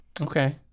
okay